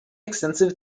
extensive